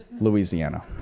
Louisiana